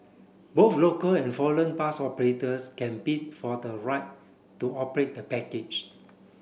both local and foreign bus operators can bid for the right to operate the package